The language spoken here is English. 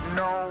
no